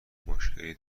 مشکلی